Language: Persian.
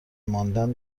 ماندن